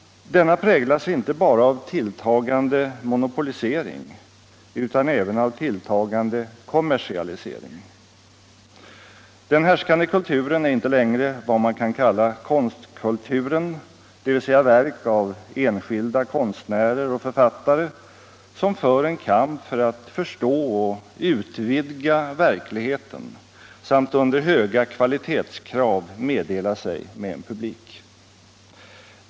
Denna präglas inte bara av tilltagande monopolisering utan även av tilltagande kommersialisering. Den härskande kulturen är inte längre vad man kan kalla ”konstkulturen”, dvs. verk av enskilda konstnärer och författare som för en kamp för att förstå och utvidga verkligheten samt under höga kvalitetskrav meddela sig med en publik.